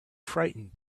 frightened